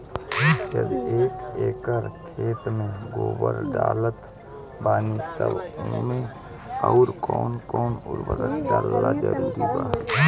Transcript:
यदि एक एकर खेत मे गोबर डालत बानी तब ओमे आउर् कौन कौन उर्वरक डालल जरूरी बा?